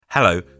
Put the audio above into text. Hello